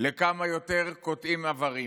ולמי יותר קוטעים איברים,